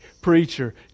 preacher